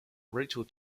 rachel